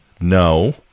No